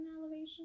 elevation